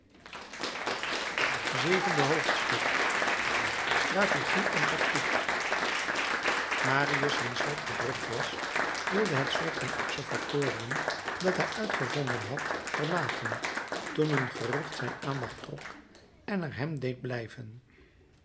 zevende hoofdstuk strategie en tactiek marius wiens hart bedrukt was wilde het soort van observatorium dat hij uitgevonden had verlaten toen een gerucht zijn aandacht trok en er hem deed blijven